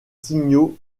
signaux